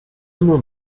immer